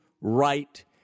right